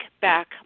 back